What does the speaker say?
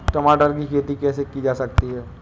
टमाटर की खेती कैसे की जा सकती है?